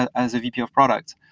as a vp of product,